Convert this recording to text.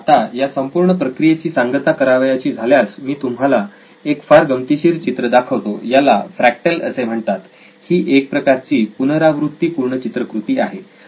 तर आता या संपूर्ण प्रक्रियेची सांगता करावयाची झाल्यास मी तुम्हाला एक फार गमतीशीर चित्र दाखवतो याला फ्रॅक्टल असे म्हणतात ही एक प्रकारची पुनरावृत्ती पूर्ण चित्रकृती आहे